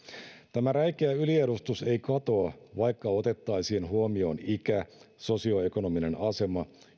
tämä räikeä yliedustus ei katoa vaikka otettaisiin huomioon ikä sosioekonominen asema